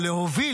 או להוביל,